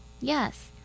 Yes